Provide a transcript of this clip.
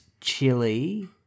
chili